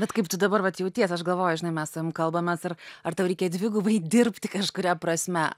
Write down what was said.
bet kaip tu dabar vat jautiesi aš galvoju žinai mes am kalbamės ar ar tau reikia dvigubai dirbti kažkuria prasme